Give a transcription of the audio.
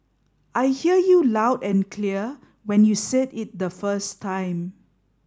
I hear you loud and clear when you said it the first time